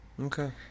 Okay